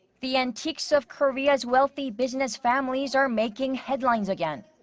the antics of korea's wealthy business families are making headlines again.